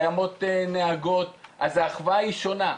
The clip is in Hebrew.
יש נהגות אז האחווה היא שונה,